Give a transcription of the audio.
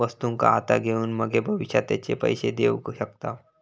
वस्तुंका आता घेऊन मगे भविष्यात तेचे पैशे देऊ शकताव